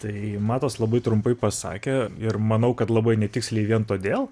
tai matas labai trumpai pasakė ir manau kad labai netiksliai vien todėl